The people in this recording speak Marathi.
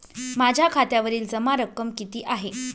माझ्या खात्यावरील जमा रक्कम किती आहे?